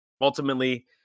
ultimately